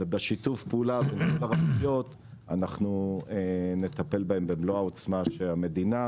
ובשיתוף פעולה עם הרשויות אנחנו נטפל בהם במלוא העוצמה של המדינה,